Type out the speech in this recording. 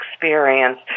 experience